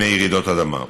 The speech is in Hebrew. מפני רעידות אדמה.